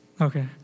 Okay